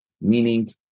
meaning